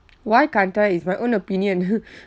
why can't I it's my own opinion